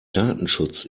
datenschutz